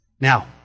Now